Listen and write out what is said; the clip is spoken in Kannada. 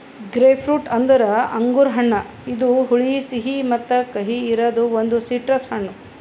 ಗ್ರೇಪ್ಫ್ರೂಟ್ ಅಂದುರ್ ಅಂಗುರ್ ಹಣ್ಣ ಇದು ಹುಳಿ, ಸಿಹಿ ಮತ್ತ ಕಹಿ ಇರದ್ ಒಂದು ಸಿಟ್ರಸ್ ಹಣ್ಣು